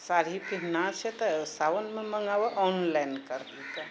साड़ी पिनहना छै तऽ सावनमे माँगाबए ऑनलाइन करिके